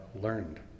learned